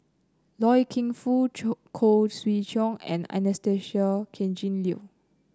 Loy Keng Foo Khoo Swee Chiow and Anastasia Tjendri Liew